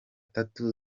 tatu